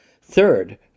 Third